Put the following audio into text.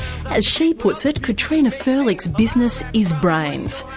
as she puts it, katrina firlik's business is brains.